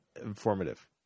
informative